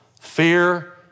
Fear